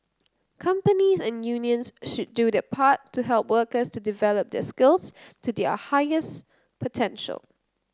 companies and unions should do their part to help workers to develop their skills to their highest potential